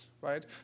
right